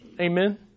Amen